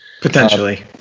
Potentially